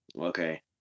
okay